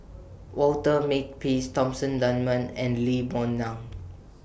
Walter Makepeace Thomsen Dunman and Lee Boon Ngan